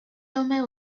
tome